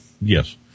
yes